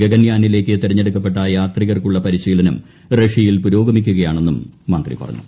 ഗഗൻയാനിലേക്ക് തെരഞ്ഞെടുക്കപ്പെട്ട യാത്രികർക്കുള്ള പരിശീലനം റഷ്യയിൽ പുരോഗമിക്കുകയാണെന്നും മന്ത്രി പറഞ്ഞു